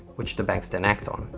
which the banks then act on.